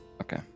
Okay